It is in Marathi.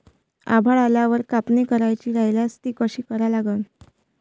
आभाळ आल्यावर कापनी करायची राह्यल्यास ती कशी करा लागन?